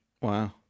Wow